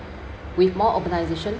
with more organisation